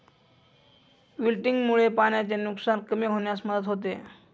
विल्टिंगमुळे पाण्याचे नुकसान कमी होण्यास मदत होते